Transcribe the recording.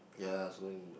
ya so